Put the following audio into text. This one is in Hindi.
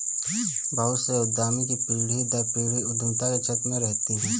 बहुत से उद्यमी की पीढ़ी दर पीढ़ी उद्यमिता के क्षेत्र में रहती है